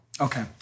Okay